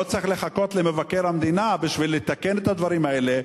לא צריך לחכות למבקר המדינה בשביל לתקן את הדברים האלה,